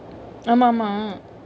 ஆமா ஆமா:aamaa aamaa